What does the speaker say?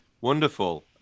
wonderful